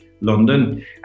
London